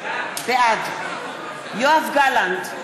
בעד יואב גלנט,